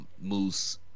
Moose